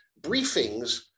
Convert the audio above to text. briefings